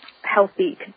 healthy